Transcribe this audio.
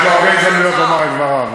יש לו הרבה הזדמנויות לומר את דבריו.